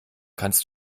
kannst